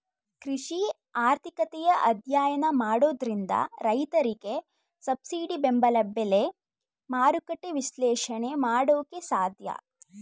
ಕೃಷಿ ಆರ್ಥಿಕತೆಯ ಅಧ್ಯಯನ ಮಾಡೋದ್ರಿಂದ ರೈತರಿಗೆ ಸಬ್ಸಿಡಿ ಬೆಂಬಲ ಬೆಲೆ, ಮಾರುಕಟ್ಟೆ ವಿಶ್ಲೇಷಣೆ ಮಾಡೋಕೆ ಸಾಧ್ಯ